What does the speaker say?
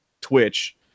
Twitch